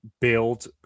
build